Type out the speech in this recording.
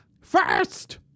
First